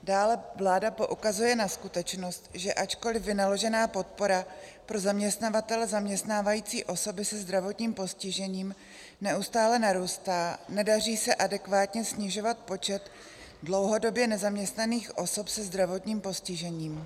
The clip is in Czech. Dále vláda poukazuje na skutečnost, že ačkoliv vynaložená podpora pro zaměstnavatele zaměstnávající osoby se zdravotním postižením neustále narůstá, nedaří se adekvátně snižovat počet dlouhodobě nezaměstnaných osob se zdravotním postižením.